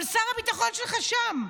אבל שר הביטחון שלך שם.